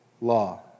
law